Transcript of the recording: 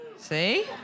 See